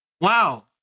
wow